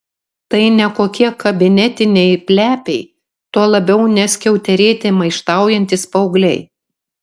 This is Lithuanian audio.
tai ne kokie kabinetiniai plepiai tuo labiau ne skiauterėti maištaujantys paaugliai